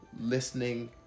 listening